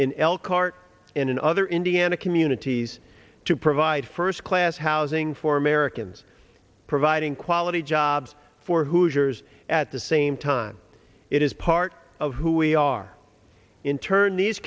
in elkhart ind and other indiana communities to provide first class housing for americans providing quality jobs for hooters at the same time it is part of who we are in turn these